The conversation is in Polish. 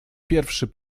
pierwszy